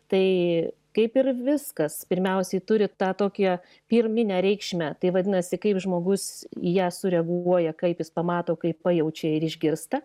tai kaip ir viskas pirmiausiai turi tą tokią pirminę reikšmę tai vadinasi kaip žmogus į ją sureaguoja kaip jis pamato kaip pajaučia ir išgirsta